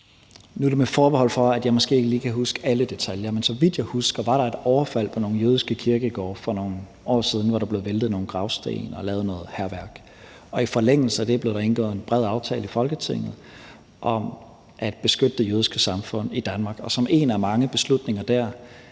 Nu er det med forbehold for, at jeg måske ikke lige kan huske alle detaljer. Men så vidt jeg husker, var der et overfald på nogle jødiske kirkegårde for nogle år siden, hvor der blev væltet nogle gravsten og lavet noget hærværk. I forlængelse af det blev der indgået en bred aftale i Folketinget om at beskytte det jødiske samfund i Danmark, og som en af mange beslutninger dér